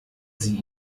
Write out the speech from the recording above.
sie